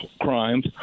crimes